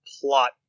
plot